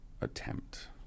attempt